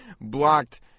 blocked